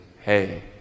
Hey